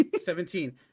Seventeen